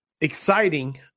exciting